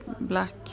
black